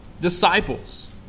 disciples